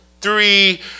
three